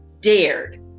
dared